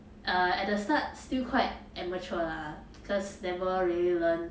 err at the start still quite amateur lah cause never really learn